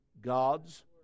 God's